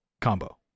combo